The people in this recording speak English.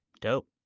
dope